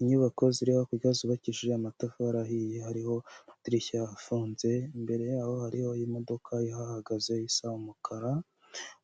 Inyubako ziri hakurya zubakishije amatafari ahiye, hariho amadirishya afunze, imbere yaho hariho imodoka ihahagaze isa umukara,